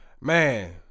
Man